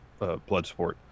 Bloodsport